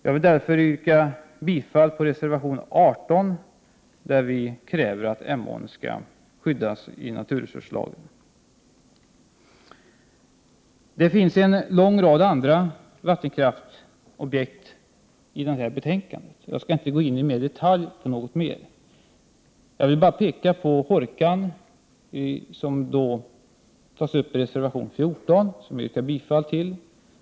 Jag vill yrka bifall till reservation 18, i vilken vi reservanter kräver att Emån skall skyddas av naturresurslagen. En lång rad andra vattenkraftsobjekt nämns i detta betänkande, men jag skall inte gå in mer i detalj på något ytterligare. Jag vill bara nämna utbyggnaden av Hårkan, som tas upp i reservation 14, vilken jag härmed yrkar bifall till.